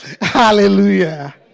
Hallelujah